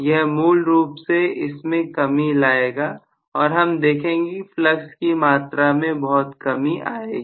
यह मूल रूप से इसमें कमी लाएगा और हम देखेंगे कि फ्लक्स की मात्रा में बहुत कमी आएगी